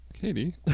Katie